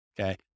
Okay